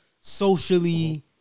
socially